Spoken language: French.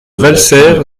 valserres